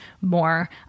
more